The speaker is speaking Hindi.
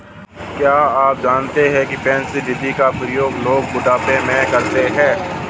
क्या आप जानते है पेंशन निधि का प्रयोग लोग बुढ़ापे में करते है?